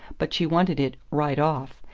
but she wanted it right off.